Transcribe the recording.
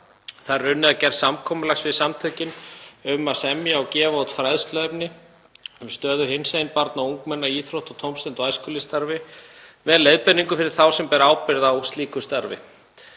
Þar er unnið að gerð samkomulags við samtökin um að semja og gefa út fræðsluefni um stöðu hinsegin barna og ungmenna í íþrótta-, tómstunda- og æskulýðsstarfi með leiðbeiningum fyrir þá sem bera ábyrgð á slíku starfi.